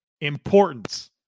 importance